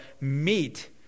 meet